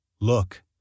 Look